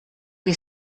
che